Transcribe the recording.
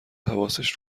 حواسش